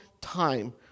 time